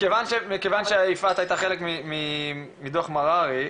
מכיוון שיפעת הייתה חלק מדו"ח מררי,